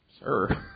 sir